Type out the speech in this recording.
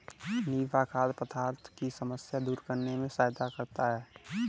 निफा खाद्य पदार्थों की समस्या दूर करने में सहायता करता है